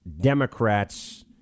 Democrats